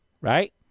right